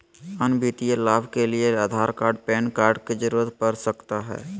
अन्य वित्तीय लाभ के लिए आधार कार्ड पैन कार्ड की जरूरत पड़ सकता है?